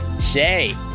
Shay